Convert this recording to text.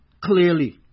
clearly